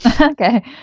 Okay